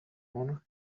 would